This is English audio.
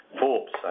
Forbes